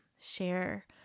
share